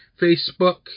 Facebook